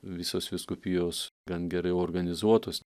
visos vyskupijos gan gerai organizuotos